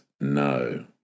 no